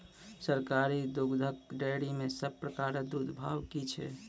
सरकारी दुग्धक डेयरी मे सब प्रकारक दूधक भाव की छै?